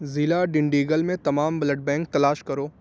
ضلع ڈنڈی گل میں تمام بلڈ بینک تلاش کرو